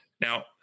Now